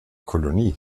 kolonie